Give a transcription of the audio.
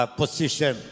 position